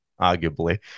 arguably